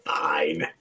Fine